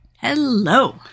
Hello